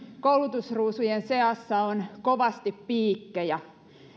koulutusruusujen seassa on kovasti piikkejä